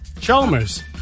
Chalmers